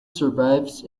survives